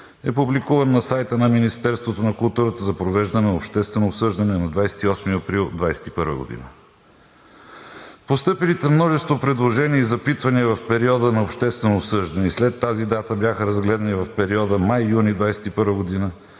е публикуван на сайта на Министерството на културата за провеждане на обществено обсъждане на 28 април 2021 г. Постъпилите множество предложения и запитвания в периода на обществено обсъждане и след тази дата бяха разгледани в периода май – юни 2021 г.,